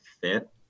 fit